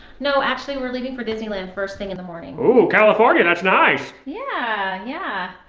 no, actually we're leaving for disneyland first thing in the morning. ohhh california, that's nice. yeah yeah